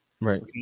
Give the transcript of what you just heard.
Right